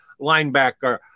linebacker